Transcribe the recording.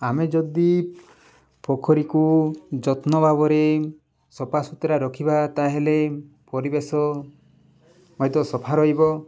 ଆମେ ଯଦି ପୋଖରୀକୁ ଯତ୍ନ ଭାବରେ ସଫା ସୁୁତୁରା ରଖିବା ତା'ହେଲେ ପରିବେଶ ମଧ୍ୟ ସଫା ରହିବ